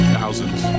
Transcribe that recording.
thousands